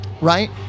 right